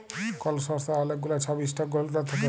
call সংস্থার অলেক গুলা ছব ইস্টক হল্ডার থ্যাকে